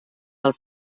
del